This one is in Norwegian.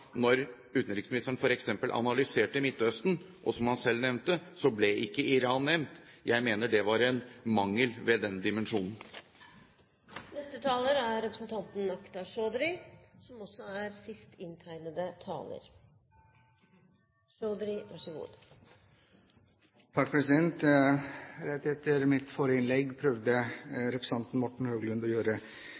når utenriksministeren f.eks. analyserte Midtøsten, som han selv nevnte, ble ikke Iran nevnt. Jeg mener det var en mangel ved den dimensjonen. Rett etter mitt forrige innlegg prøvde representanten Morten Høglund å lage et billig poeng. Han er så reflektert og så